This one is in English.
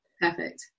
Perfect